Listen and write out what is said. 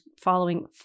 following